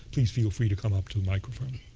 please feel free to come up to the microphone.